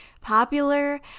popular